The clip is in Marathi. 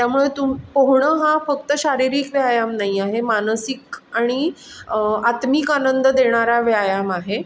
त्यामुळे तुम पोहणं हा फक्त शारीरिक व्यायाम नाही आहे मानसिक आणि आत्मिक आनंद देणारा व्यायाम आहे